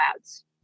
ads